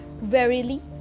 Verily